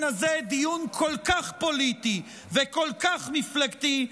הזה דיון כל כך פוליטי וכל כך מפלגתי,